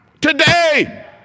today